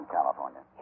California